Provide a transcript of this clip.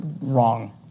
wrong